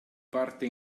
parte